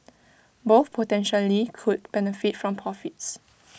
both potentially could benefit from profits